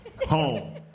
home